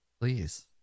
please